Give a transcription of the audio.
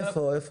איפה?